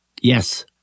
Yes